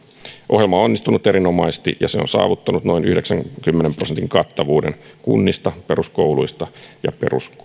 on onnistunut erinomaisesti ja se on saavuttanut noin yhdeksänkymmenen prosentin kattavuuden kunnista peruskouluista ja peruskoululaisista